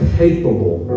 capable